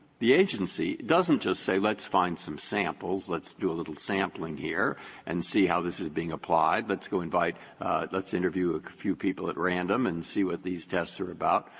the agency doesn't just say, let's find some samples, let's do a little sampling here and see how this is being applied. let's go invite let's interview a few people at random and see what these tests are about.